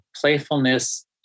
playfulness